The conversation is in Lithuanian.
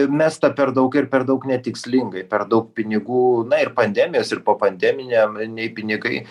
i mestą per daug ir per daug netikslingai per daug pinigų na ir pandemijos ir popandeminiam niai pinigai